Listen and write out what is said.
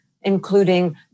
including